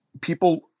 people